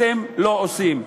ואתם לא עושים.